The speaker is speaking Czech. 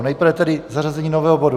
Nejprve tedy zařazení nového bodu.